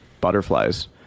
butterflies